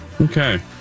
Okay